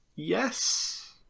yes